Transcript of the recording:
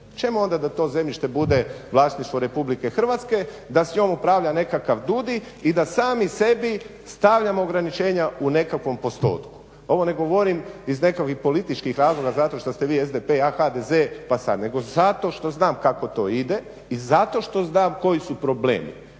Čemu onda da to zemljište bude vlasništvo Republike Hrvatske, da s njom upravlja nekakav DUDI i da sami sebi stavljamo ograničenja u nekakvom postotku. Ovo ne govorim iz nekakvih političkih razloga zato što ste vi SDP, ja HDZ, nego zato što znam kako to ide i zato što znam koji su problemi.